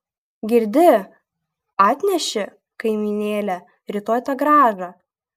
girdi atneši kaimynėle rytoj tą grąžą